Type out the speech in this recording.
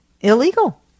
illegal